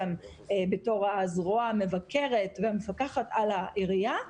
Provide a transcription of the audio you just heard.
בתור הזרוע המבקרת והמפקחת על העירייה,